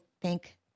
thank